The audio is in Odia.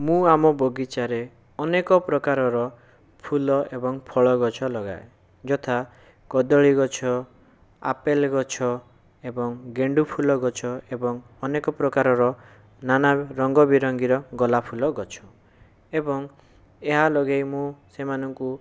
ମୁଁ ଆମ ବଗିଚାରେ ଅନେକ ପ୍ରକାରର ଫୁଲ ଏବଂ ଫଳ ଗଛ ଲଗାଏ ଯଥା କଦଳୀ ଗଛ ଆପେଲ୍ ଗଛ ଏବଂ ଗେଣ୍ଡୁ ଫୁଲ ଗଛ ଏବଂ ଅନେକ ପ୍ରକାରର ନାନା ରଙ୍ଗବେରଙ୍ଗୀର ଗୋଲାପ ଫୁଲ ଗଛ ଏବଂ ଏହା ଲଗେଇ ମୁଁ ସେମାନଙ୍କୁ